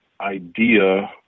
idea